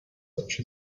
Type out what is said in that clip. such